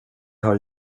har